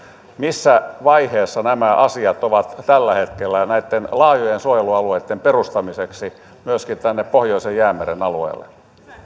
missä vaiheessa nämä asiat ovat tällä hetkellä näitten laajojen suojelualueitten perustamiseksi myöskin tänne pohjoisen jäämeren alueelle